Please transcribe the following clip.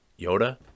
Yoda